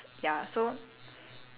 err he he can transform